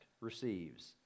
receives